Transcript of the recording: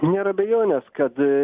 nėra abejonės kad